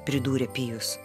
pridūrė pijus